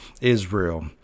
Israel